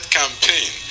campaign